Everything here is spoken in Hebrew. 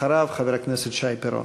אחריו, חבר הכנסת שי פירון.